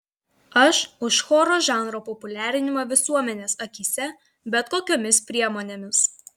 aš už choro žanro populiarinimą visuomenės akyse bet kokiomis priemonėmis